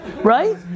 Right